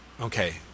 Okay